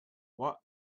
what